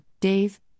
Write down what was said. Dave